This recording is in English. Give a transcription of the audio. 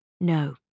no